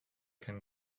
can